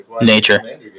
nature